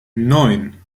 neun